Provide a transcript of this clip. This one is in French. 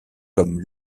comme